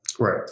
Right